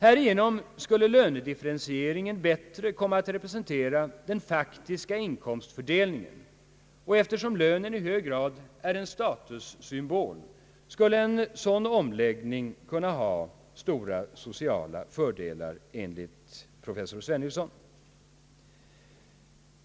Härigenom skulle lönedifferentieringen bättre komma att representera den faktiska inkomstfördelningen, och eftersom lönen i hög grad är en statussymbol skulle en sådan omläggning kunna ha stora sociala föraelar enligt professor Svennilson.